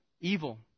Evil